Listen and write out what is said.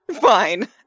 fine